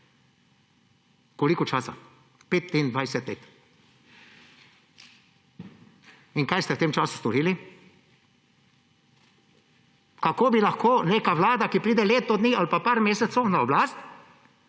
Koliko časa? 25 let. In kaj ste v tem času storili? Kako bi lahko neka vlada, ki je leto dni ali pa par mesecev na oblasti,